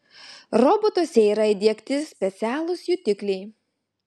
robotuose yra įdiegti specialūs jutikliai